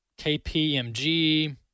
KPMG